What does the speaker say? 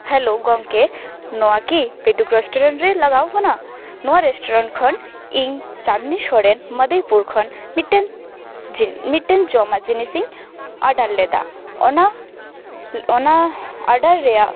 hello ᱜᱚᱝᱠᱮ ᱱᱚᱣᱟ ᱠᱤ ᱯᱮᱴᱩᱠ ᱨᱮᱥᱴᱩᱨᱮᱱᱴ ᱨᱮ ᱞᱟᱜᱟᱣ ᱟᱠᱟᱱᱟ ᱱᱚᱣᱟ ᱨᱮᱥᱴᱩᱨᱮᱱᱴ ᱠᱷᱚᱱ ᱤᱧ ᱪᱟᱫᱱᱤ ᱥᱚᱨᱮᱱ ᱢᱟᱫᱷᱟᱭ ᱯᱩᱨ ᱠᱷᱚᱱ ᱢᱤᱫᱴᱮᱱ ᱡᱮ ᱢᱤᱫᱴᱮᱱ ᱡᱚᱢᱟᱜ ᱡᱤᱱᱤᱥᱤᱧ ᱚᱰᱟᱨ ᱞᱮᱫᱟ ᱚᱱᱟ ᱚᱱᱟ ᱚᱰᱟᱨ ᱨᱮᱭᱟᱜ